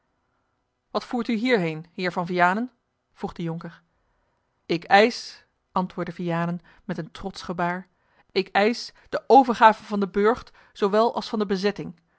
wat voert u hierheen heer van vianen vroeg de jonker ik eisch antwoordde vianen met trotsch gebaar ik eisch de overgave van den burcht zoowel als van de bezetting